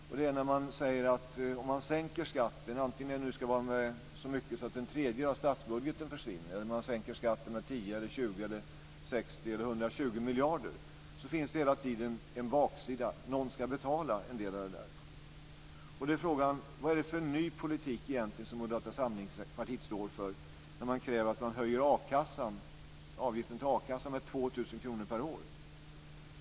Om man sänker skatten - det kan vara så mycket att en tredjedel av statsbudgeten försvinner eller med upp till 120 miljarder - finns hela tiden en baksida: Någon ska betala. Vad är det för ny politik som Moderata samlingspartiet står för när man kräver att avgiften till akassan ska höjas med 2 000 kr per år?